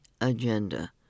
agenda